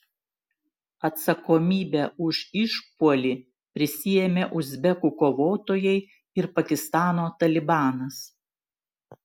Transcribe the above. atsakomybę už išpuolį prisiėmė uzbekų kovotojai ir pakistano talibanas